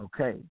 Okay